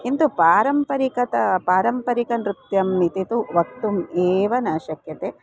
किन्तु पारम्परिकं पारम्परिकनृत्यम् इति तु वक्तुम् एव न शक्यते